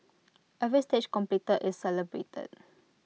every stage completed is celebrated